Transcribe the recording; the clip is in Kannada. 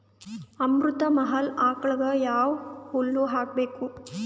ಅಮೃತ ಮಹಲ್ ಆಕಳಗ ಯಾವ ಹುಲ್ಲು ಹಾಕಬೇಕು?